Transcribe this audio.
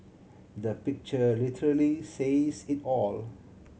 the picture literally says it all